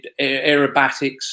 aerobatics